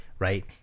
Right